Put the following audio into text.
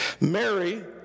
Mary